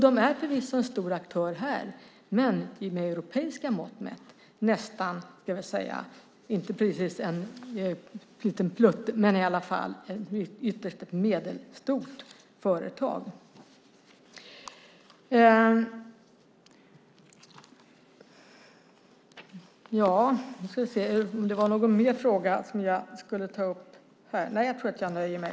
De är förvisso en stor aktör här, men med europeiska mått mätt är de inte precis en liten plutt men ytterst ett medelstort företag.